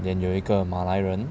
then 有一个马来人